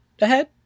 ahead